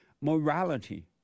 morality